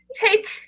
take